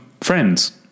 friends